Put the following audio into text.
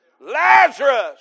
Lazarus